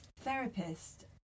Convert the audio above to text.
therapist